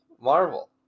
Marvel